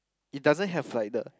it doesn't have like the